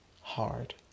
hard